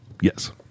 Yes